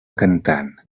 cantant